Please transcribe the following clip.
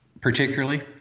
particularly